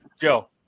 Joe